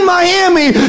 Miami